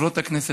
חברות הכנסת,